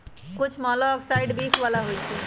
कुछ मोलॉक्साइड्स विख बला होइ छइ